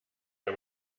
der